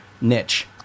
niche